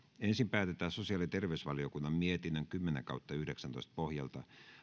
ensin päätetään sosiaali ja terveysvaliokunnan mietinnön kymmenen pohjalta